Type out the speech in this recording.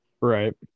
Right